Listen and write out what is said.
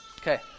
Okay